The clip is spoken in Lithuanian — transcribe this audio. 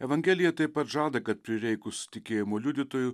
evangelija taip pat žada kad prireikus tikėjimo liudytojų